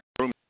room